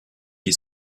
qui